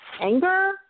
anger